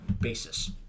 basis